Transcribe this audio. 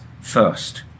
first